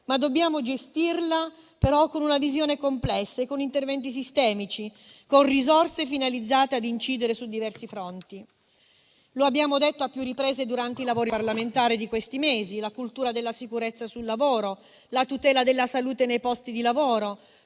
ma dobbiamo gestirla con una visione complessa, con interventi sistemici, con risorse finalizzate ad incidere su diversi fronti. Lo abbiamo detto a più riprese durante i lavori parlamentari di questi mesi: la cultura della sicurezza sul lavoro, la tutela della salute nei posti di lavoro,